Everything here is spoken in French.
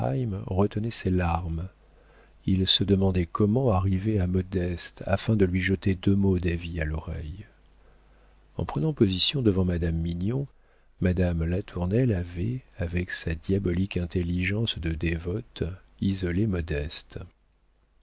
retenait ses larmes il se demandait comment arriver à modeste afin de lui jeter deux mots d'avis à l'oreille en prenant position devant madame mignon madame latournelle avait avec sa diabolique intelligence de dévote isolé modeste